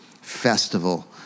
festival